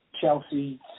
Chelsea